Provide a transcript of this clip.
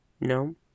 No